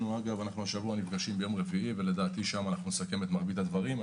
השבוע אנחנו נפגשים ולדעתי שם נסכם את מרבית הדברים.